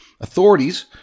Authorities